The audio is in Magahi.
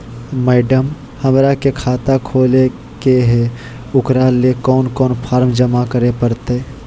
मैडम, हमरा के खाता खोले के है उकरा ले कौन कौन फारम जमा करे परते?